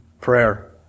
prayer